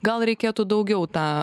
gal reikėtų daugiau tą